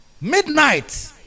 Midnight